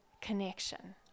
connection